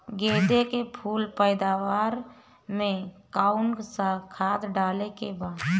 गेदे के फूल पैदवार मे काउन् सा खाद डाले के बा?